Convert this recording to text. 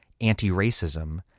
anti-racism